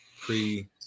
pre